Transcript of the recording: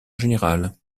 général